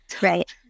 Right